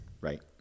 Right